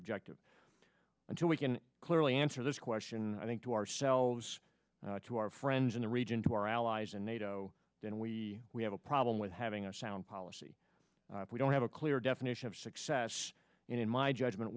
objective until we can clearly answer this question i think to ourselves to our friends in the region to our allies and nato then we we have a problem with having a sound policy if we don't have a clear definition of success in my judgment